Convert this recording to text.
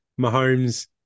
Mahomes